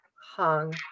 hung